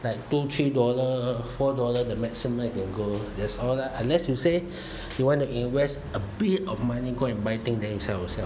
like two three dollar four dollar the maximum you can go that's all lah unless you say you want to invest a bit of money go and buy thing then you sell yourself